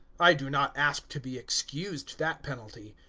i do not ask to be excused that penalty.